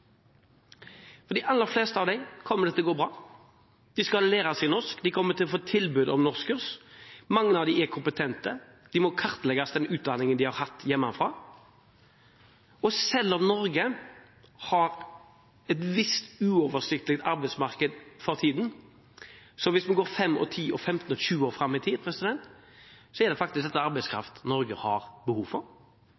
For de aller fleste av dem kommer det til å gå bra. De skal lære seg norsk, de kommer til å få tilbud om norskkurs. Mange av dem er kompetente, de må kartlegge utdanningen de har fra hjemlandet. Norge har et visst uoversiktlig arbeidsmarked for tiden, men hvis man går 5, 10, 15 eller 20 år fram i tid, er dette faktisk arbeidskraft Norge har behov for.